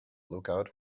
lookout